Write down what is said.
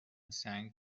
سنگ